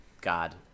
God